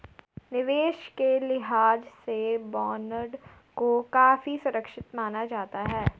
निवेश के लिहाज से बॉन्ड को काफी सुरक्षित माना जाता है